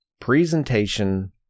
presentation